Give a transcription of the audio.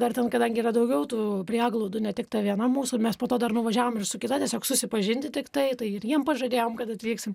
dar ten kadangi yra daugiau tų prieglaudų ne tik ta viena mūsų mes po to dar nuvažiavom ir su kita tiesiog susipažinti tiktai tai ir jiem pažadėjom kad atvyksim